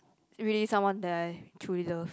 really someone that I truly love